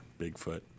Bigfoot